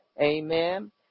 Amen